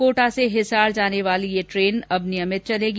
कोटा से हिसार जाने वाली ये ट्रेन अब नियमित चलेगी